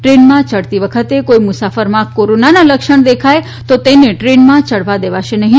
ટ્રેનમાં યઢતી વખતે કોઈ મુસાફરમાં કોરોનાના લક્ષણ દેખાય તો તેને ટ્રેનમાં ચઢવાં દેવાશે નહી